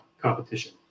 competition